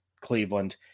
Cleveland